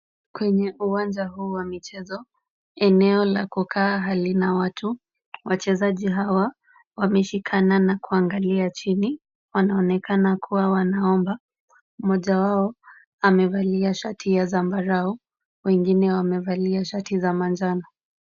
Kwenye uwanja huu wa michezo, eneo la kukaa halina watu. Wachezaji hawa wameshikana na kuangalia chini. Wanaonekana kuwa wanaomba. Mmoja wao amevalia shati ya zambarau, wengine wamevalia shati za manjano.